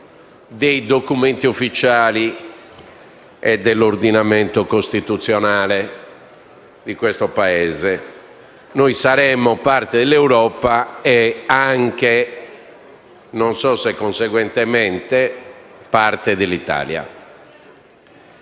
dei documenti ufficiali e dell'ordinamento costituzionale di questo Paese. Noi saremmo parte dell'Europa e anche - non so se conseguentemente - parte dell'Italia.